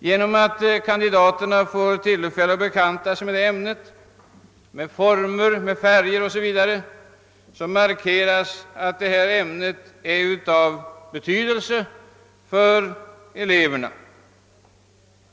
Genom att kandidaterna får tillfälle att bekanta sig med ämnet slöjd, med former, med färger o. s. v., markeras att detta ämne är av betydelse för eleverna.